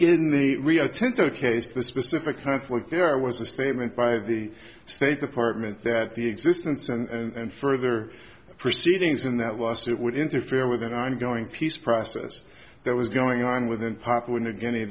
in the rio tinto case the specific conflict there was a statement by the state department that the existence and further proceedings in that lawsuit would interfere with an ongoing peace process that was going on within papua new guinea